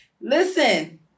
Listen